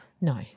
No